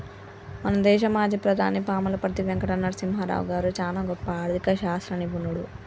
మన దేశ మాజీ ప్రధాని పాములపర్తి వెంకట నరసింహారావు గారు చానా గొప్ప ఆర్ధిక శాస్త్ర నిపుణుడు